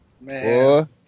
Man